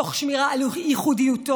תוך שמירה על ייחודיותו,